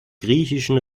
griechischen